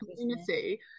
community